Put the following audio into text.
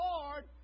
Lord